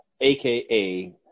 AKA